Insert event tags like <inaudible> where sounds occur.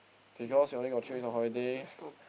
because you only got three weeks of holiday <breath>